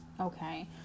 okay